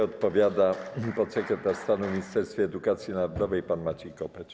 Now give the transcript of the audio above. Odpowiada podsekretarz stanu w Ministerstwie Edukacji Narodowej pan Maciej Kopeć.